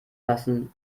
fassen